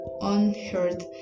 unheard